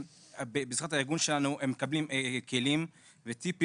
בעזרת הארגון שלנו הם מקבלים כלים וטיפים,